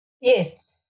Yes